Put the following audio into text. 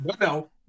no